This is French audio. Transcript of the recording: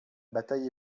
bataille